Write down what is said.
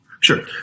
Sure